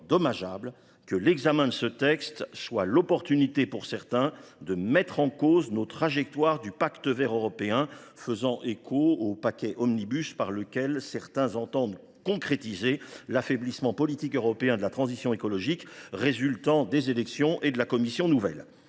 que l’examen de ce texte offre à certains l’occasion de remettre en cause les trajectoires du Pacte vert européen, faisant écho au paquet omnibus par lequel certains entendent concrétiser l’affaiblissement politique européen de la transition écologique résultant des élections et de la nouvelle